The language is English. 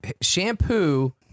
shampoo